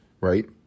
Right